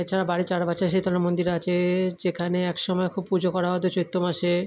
এছাড়া বাড়ির চারপাশে শীতলা মন্দির আছে যেখানে এক সময় খুব পুজো করা হতো চৈত্র মাসে